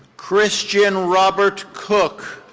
christian robert cook.